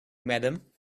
madam